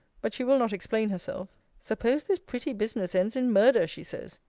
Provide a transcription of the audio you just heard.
but she will not explain herself. suppose this pretty business ends in murder! she says.